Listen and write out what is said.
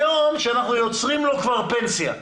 היום, כשאנחנו יוצרים לו כבר פנסיה,